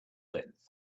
length